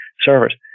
servers